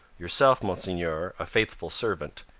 yourself, monseigneur, a faithful servant,